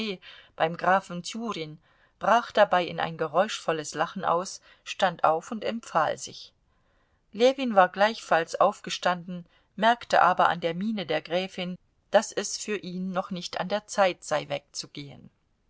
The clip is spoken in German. beim grafen tjurin brach dabei in ein geräuschvolles lachen aus stand auf und empfahl sich ljewin war gleichfalls aufgestanden merkte aber an der miene der gräfin daß es für ihn noch nicht an der zeit sei wegzugehen